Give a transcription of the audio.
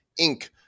Inc